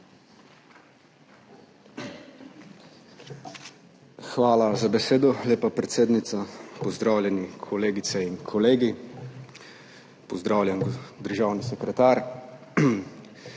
lepa za besedo predsednica. Pozdravljeni kolegice in kolegi! Pozdravljen državni sekretar!